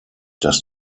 dass